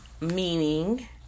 meaning